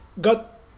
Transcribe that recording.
got